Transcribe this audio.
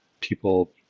People